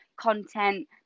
content